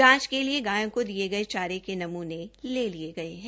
जांच क लिए गायों को दिये गये चारे के नमूने लिए गये है